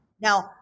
Now